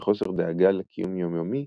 וחוסר דאגה לקיום יום יומי,